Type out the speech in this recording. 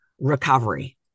recovery